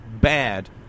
bad